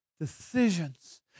decisions